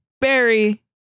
Barry